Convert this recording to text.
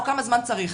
או כמה זמן צריך.